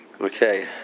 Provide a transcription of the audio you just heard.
Okay